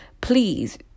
please